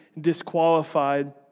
disqualified